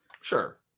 Sure